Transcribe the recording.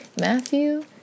Matthew